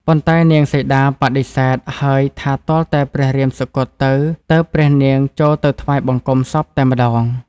ប៉ុន្តែនាងសីតាបដិសេធហើយថាទាល់តែព្រះរាមសុគតទៅ ទើបព្រះនាងចូលទៅថ្វាយបង្គំសពតែម្តង។